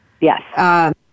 Yes